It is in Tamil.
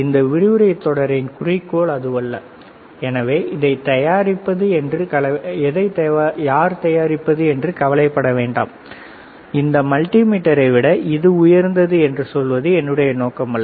இந்த விரிவுரைத் தொடரின் குறிக்கோள் அதுவல்ல எனவே இதை யார் தயாரிப்பது என்று கவலைப்பட வேண்டாம் இந்த மல்டி மீட்டரை விட இது உயர்ந்தது என்று சொல்வது என்னுடைய நோக்கமல்ல